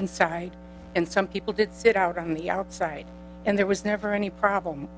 inside and some people did sit out on the outside and there was never any problem